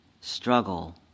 struggle